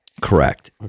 Correct